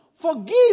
forgive